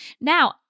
Now